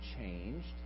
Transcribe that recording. changed